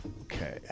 Okay